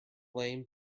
lame